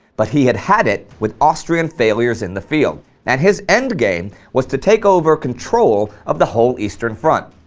but he had had it with austrian failures in the field and his end game was to take over control of the whole eastern front.